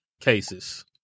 cases